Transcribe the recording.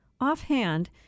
Offhand